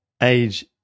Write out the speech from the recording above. age